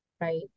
right